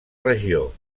regió